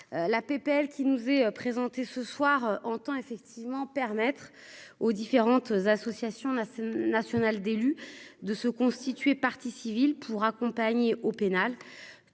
la PPL qui nous est présenté ce soir en temps effectivement permettre aux différentes associations la semaine nationale d'élus, de se constituer partie civile pour accompagner au pénal